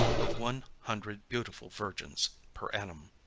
of one hundred beautiful virgins per annum.